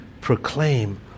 proclaim